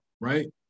right